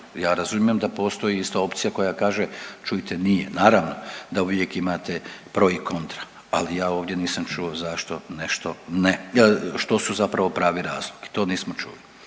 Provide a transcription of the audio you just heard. Ja razumijem da postoji ista opcija koja kaže čujte nije, naravno da uvijek imate broj i kontra, ali ja ovdje nisam čuo zašto nešto ne, što su zapravo pravi razlozi. To nismo čuli.